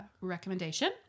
recommendation